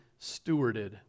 stewarded